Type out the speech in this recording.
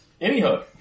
Anyhow